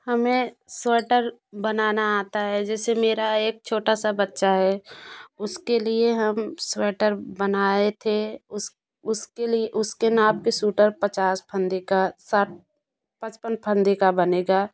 हमें स्वेटर बनाना आता है जैसे मेरा एक छोटा सा बच्चा है उसके लिए हम स्वेटर बनाए थे उस उसके लिए उसके नाप के सूटर पचास फंदे का साठ पचपन फंदे का बनेगा